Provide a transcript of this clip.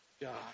God